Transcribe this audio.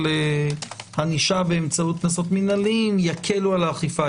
ענישה באמצעות קנסות מינהליים יקלו על האכיפה.